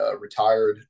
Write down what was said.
retired